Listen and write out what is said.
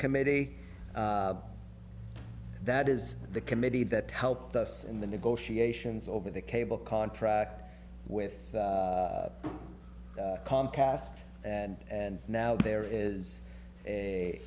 committee that is the committee that helped us in the negotiations over the cable contract with comcast and and now there is a